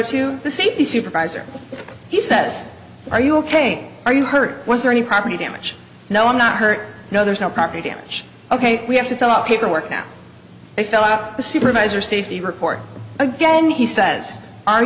to the safety supervisor he says are you ok are you hurt was there any property damage no i'm not hurt no there's no property damage ok we have to fill up paperwork now they felt the supervisor safety report again he says are